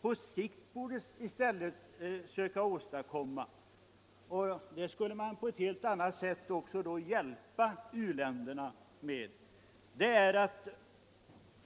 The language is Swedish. På sikt borde man — och det skulle också gälla uländerna på ett helt annat sätt — söka